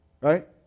Right